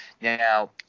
Now